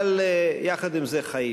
אבל יחד עם זה חיים.